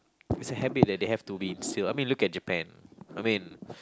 it's a habit that they have to be instilled I mean look at Japan I mean